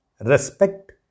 respect